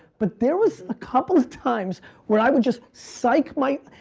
but there was a couple of times where i would just psych my.